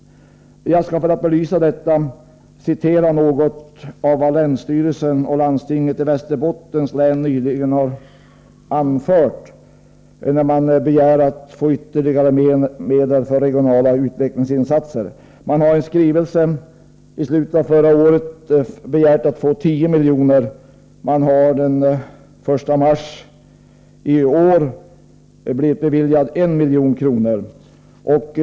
För att belysa detta skall jag citera något av vad länsstyrelsen och . landstinget i Västerbottens län nyligen anförde när man begärde att få ytterligare medel för regionala utvecklingsinsatser. Man begärde i en skrivelse i slutet av förra året att få 10 milj.kr. och beviljades den 1 mars i år 1 milj.kr.